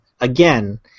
again